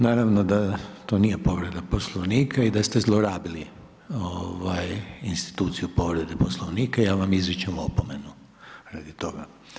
Naravno da to nije povreda Poslovnika i da ste zlorabili ovaj instituciju povrede Poslovnika i ja vam izričem opomenu radi toga.